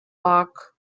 park